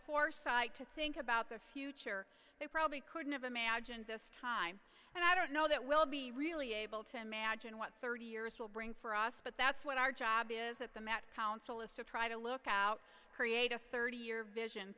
foresight to think about the future they probably couldn't have imagined this time and i don't know that we'll be really able to imagine what thirty years will bring for us but that's what our job is at the met council is to try to look out create a thirty year vision